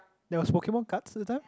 there was Pokemon cards the time